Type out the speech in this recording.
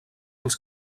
als